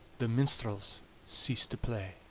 the minstrels cease to play.